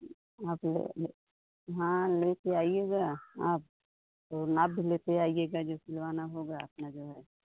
आप वो हाँ ले के आइयेगा आप तो नाप भी लेते आइयेगा जो सिलवाना होगा अपना जो है